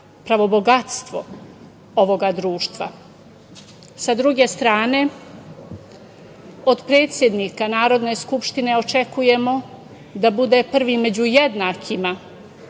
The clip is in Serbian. pravo bogatstvo ovog društava. Sa druge strane, od predsednika Narodne skupštine očekujemo da bude prvi među jednakima.